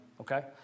okay